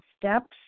steps